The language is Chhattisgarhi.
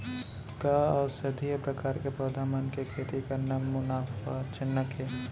का औषधीय प्रकार के पौधा मन के खेती करना मुनाफाजनक हे?